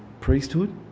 priesthood